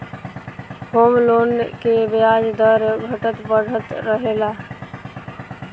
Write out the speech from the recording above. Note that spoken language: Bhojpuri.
होम लोन के ब्याज दर घटत बढ़त रहेला